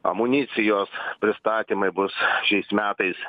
amunicijos pristatymai bus šiais metais